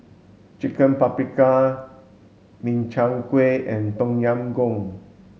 chicken Paprikas Makchang Gui and Tom Yam Goong